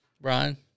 Brian